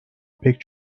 pek